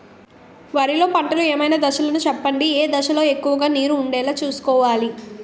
వరిలో పంటలు ఏమైన దశ లను చెప్పండి? ఏ దశ లొ ఎక్కువుగా నీరు వుండేలా చుస్కోవలి?